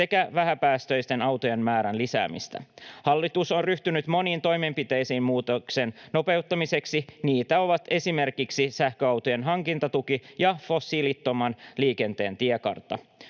sekä vähäpäästöisten autojen määrän lisäämistä. Hallitus on ryhtynyt moniin toimenpiteisiin muutoksen nopeuttamiseksi. Niitä ovat esimerkiksi sähköautojen hankintatuki ja fossiilittoman liikenteen tiekartta.